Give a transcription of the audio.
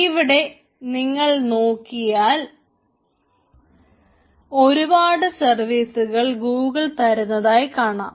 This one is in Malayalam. ഇവിടെ നിങ്ങൾ നോക്കിയാൽ ഒരുപാട് സർവീസുകൾ ഗൂഗിൾ തരുന്നതായി കാണാം